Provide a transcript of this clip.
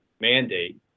mandate